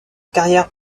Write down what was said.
carrière